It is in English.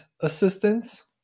assistance